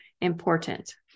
important